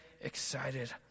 excited